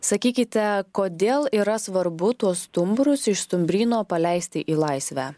sakykite kodėl yra svarbu tuos stumbrus iš stumbryno paleisti į laisvę